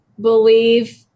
believe